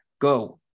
go